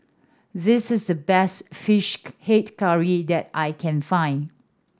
this is the best Fish Head Curry that I can find